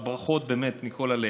אז ברכות באמת מכל הלב.